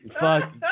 fuck